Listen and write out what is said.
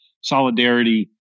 solidarity